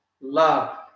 love